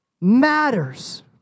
matters